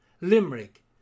Limerick